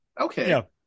Okay